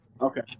Okay